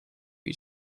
you